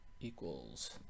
equals